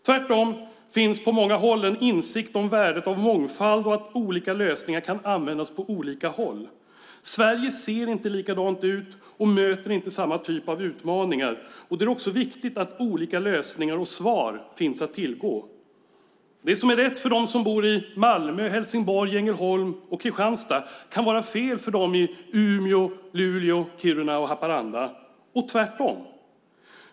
Tvärtom finns på många håll en insikt om värdet av mångfald och att olika lösningar kan användas på olika håll. Sverige ser inte likadant ut och möter inte samma typ av utmaningar, och då är det också viktigt att olika lösningar och svar finns att tillgå. Det som är rätt för dem som bor i Malmö, Helsingborg, Ängelholm och Kristianstad kan vara fel för dem i Umeå, Luleå, Kiruna och Haparanda. Och tvärtom!